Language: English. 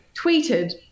tweeted